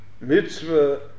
mitzvah